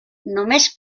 només